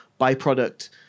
byproduct